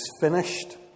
finished